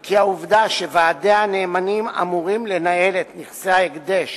כי העובדה שוועדי הנאמנים אמורים לנהל את נכסי ההקדש